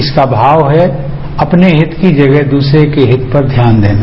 इसका भाव है अपने हित की जगह दूसरे के हित पर ध्यान देना